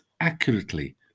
accurately